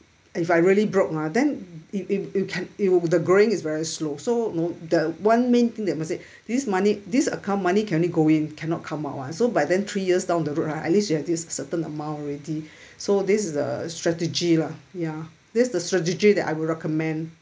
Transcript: if I really broke mah then if you can it would the growing is very slow so the one main thing I would say this money this account money can only go in cannot come out [one] so by then three years down the road lah at least you have this certain amount already so this is the strategy lah ya this is the strategy that I would recommend